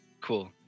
Cool